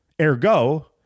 Ergo